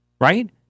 right